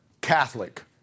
Catholic